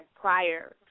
prior